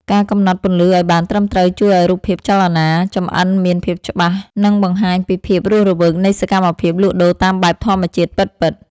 ការកំណត់ពន្លឺឱ្យបានត្រឹមត្រូវជួយឱ្យរូបភាពចលនាចម្អិនមានភាពច្បាស់ និង បង្ហាញពីភាពរស់រវើកនៃសកម្មភាពលក់ដូរតាមបែបធម្មជាតិពិតៗ។